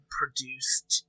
produced